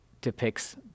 depicts